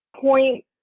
point